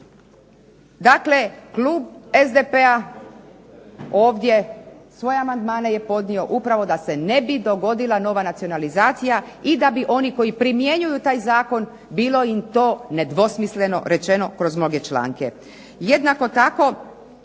Dakle, klub SDP-a ovdje svoje amandmane je podnio upravo da se ne bi dogodila nova nacionalizacija i da bi oni koji primjenjuju taj zakon bilo im to nedvosmisleno rečeno kroz mnoge članke. Jednako tako